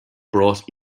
brought